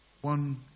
one